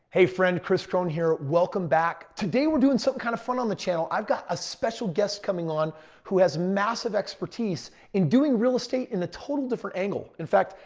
hey friend, kris krohn here. welcome back. today, we're doing some kind of front on the channel. i've got a special guest coming on who has massive expertise in doing real estate in a total different angle. in fact,